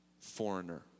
foreigner